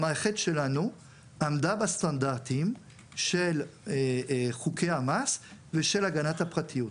המערכת שלנו עמדה בסטנדרטים של חוקי המס ושל הגנת הפרטיות.